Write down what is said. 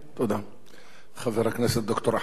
חבר הכנסת ד"ר אחמד טיבי, בבקשה.